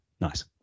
Nice